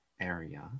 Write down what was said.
area